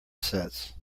sets